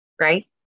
right